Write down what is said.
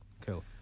Cool